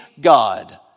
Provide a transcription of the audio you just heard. God